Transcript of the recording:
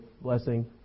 blessing